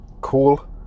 cool